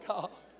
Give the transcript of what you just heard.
God